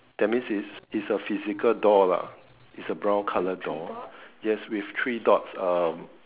that mean it's it's a physical door lah it's a brown colour door yes with three dots um